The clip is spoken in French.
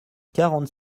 quarante